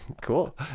Cool